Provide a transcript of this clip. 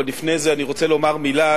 אבל לפני זה אני רוצה לומר מלה,